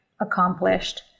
accomplished